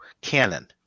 canon